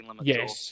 Yes